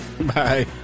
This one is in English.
Bye